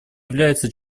являются